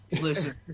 Listen